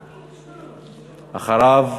אחריו,